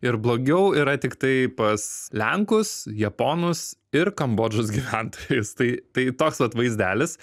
ir blogiau yra tiktai pas lenkus japonus ir kambodžos gyventojus tai tai toks vat vaizdelis